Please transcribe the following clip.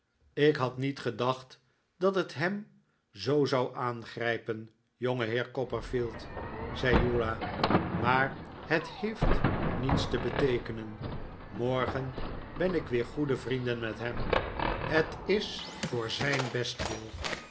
ik had niet gedacht dat het hem zoo zou aangrijpen jongeheer copperfield zei uriah maar het heeft niets te beteekenen morgen ben ik weer goede vrienden met hem het is voor zijn bestwil